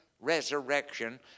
resurrection